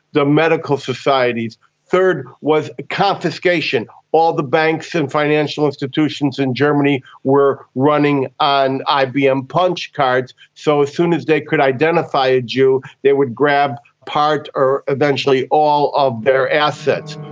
the medical societies. a third was confiscation. all the banks and financial institutions in germany were running on ibm punch cards, so as soon as they could identify a jew they would grab part or eventually all of their assets.